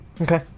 Okay